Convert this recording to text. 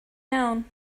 iawn